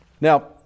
Now